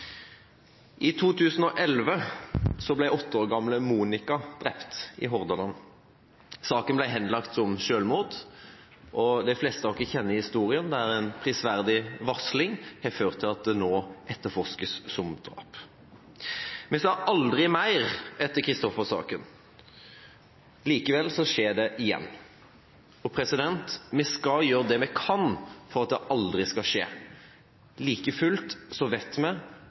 I 2011 ble åtte år gamle Monika drept i Hordaland. Saken ble henlagt som selvmord, og de fleste av oss kjenner historien, hvor en prisverdig varsling har ført til at dette nå etterforskes som drap. Vi sa «aldri mer» etter Christoffer-saken. Likevel skjer det igjen. Vi skal gjøre det vi kan for at det aldri skal skje. Like fullt vet vi